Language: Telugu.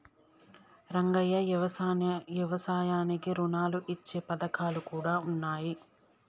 రంగయ్య యవసాయానికి రుణాలు ఇచ్చే పథకాలు కూడా ఉన్నాయి